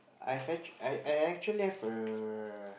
I fetch I I I actually have a